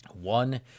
one